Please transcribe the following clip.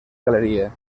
galeria